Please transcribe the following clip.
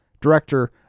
director